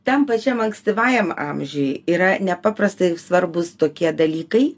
tam pačiam ankstyvajam amžiuj yra nepaprastai svarbūs tokie dalykai